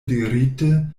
dirite